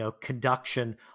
conduction